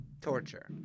torture